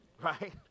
Right